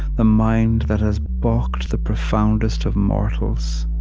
the mind that has baulked the profoundest of mortals.